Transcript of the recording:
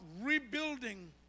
rebuilding